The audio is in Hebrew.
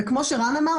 וכמו שרן אמר,